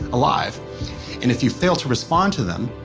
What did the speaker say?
alive and if you fail to respond to them,